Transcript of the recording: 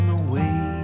away